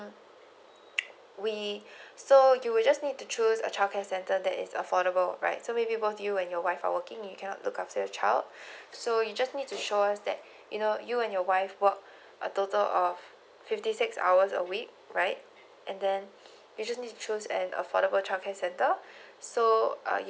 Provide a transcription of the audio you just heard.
we so you will just need to choose a childcare center that is affordable right so maybe both you and your wife are working you cannot look after your child so you just need to show us that you know you and your wife work a total of fifty six hours a week right and then usually choose an affordable childcare center so